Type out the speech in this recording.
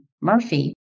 Murphy